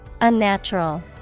Unnatural